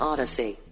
Odyssey